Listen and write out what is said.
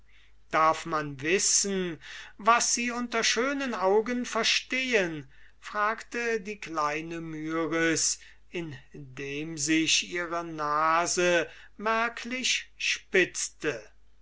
darf man wissen was sie unter schönen augen verstehen fragte die kleine myris indem sich ihre nase merklich spitzte